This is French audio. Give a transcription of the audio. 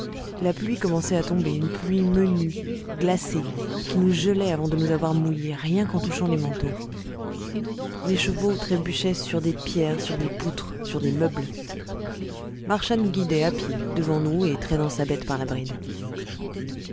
la pluie commençait à tomber une pluie menue glacée qui nous gelait avant de nous avoir mouillés rien qu'en touchant les manteaux les chevaux trébuchaient sur des pierres sur des poutres sur des meubles marchas nous guidait à pied devant nous et traînant sa bête par la bride